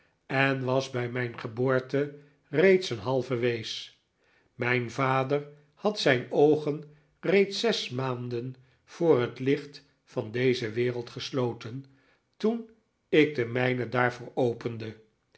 en was bij mijn geboorte reeds een halve wees mijn vader had zijn oogeh reeds zes maanden voor het licht van deze wereld gesloten toen ik de mijne daarvoor opende